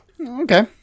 Okay